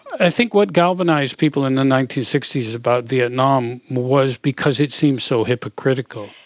i think what galvanised people in the nineteen sixty s about vietnam was because it seemed so hypocritical.